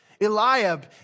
Eliab